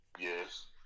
Yes